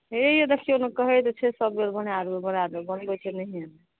हे ये देखियौ ने कहै तऽ छै सब बेर बना देबै बना देबै बनबै छै नहिये